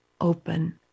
open